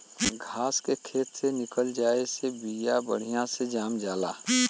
घास के खेत से निकल जाये से बिया बढ़िया से जाम जाला